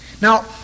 Now